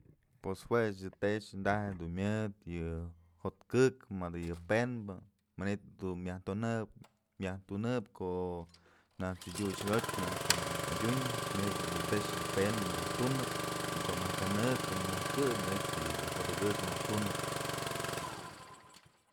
Pues juech tex daj jedun myëdë yë jotkëk mëdë pënbë manytë myaj tunëp ko'o najk t'sëdyut xodotyë jak të mëdyun manytët's dun tex pënbë myaj tunëp ko'o najk kanë të myaj këy manyt's jot akek myaj tunëp.